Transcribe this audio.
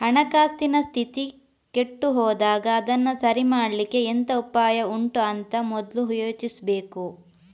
ಹಣಕಾಸಿನ ಸ್ಥಿತಿ ಕೆಟ್ಟು ಹೋದಾಗ ಅದನ್ನ ಸರಿ ಮಾಡ್ಲಿಕ್ಕೆ ಎಂತ ಉಪಾಯ ಉಂಟು ಅಂತ ಮೊದ್ಲು ಯೋಚಿಸ್ಬೇಕು